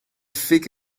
fik